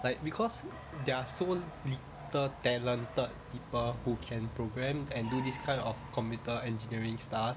like because there are so little talented people who can program and do this kind of computer engineering stuff